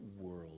world